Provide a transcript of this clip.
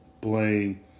blame